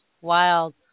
Wild